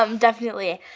um definitely.